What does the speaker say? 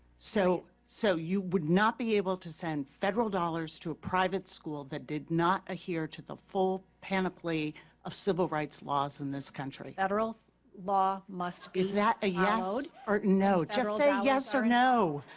so so you would not be able to send federal dollars to a private school that did not adhere to the full panoply of civil rights laws in this country? federal law must be is that a yes or no? just say yes or no.